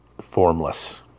formless